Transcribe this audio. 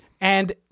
And-